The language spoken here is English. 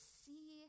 see